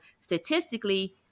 statistically